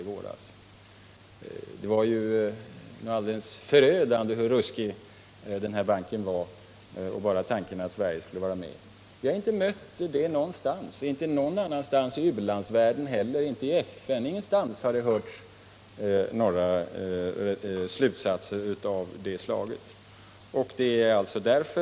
Då var det enligt herr Gahrton något alldeles förödande hur ruskig den här banken var, liksom tanken på att Sverige skulle vara med i den. Men sådan kritik har vi inte mött någonstans under våra förhandlingar, och vi har inte heller mött den i u-landsvärlden eller inom FN. Ingenstans har man dragit slutsatser av det slag som herr Gahrton gjort.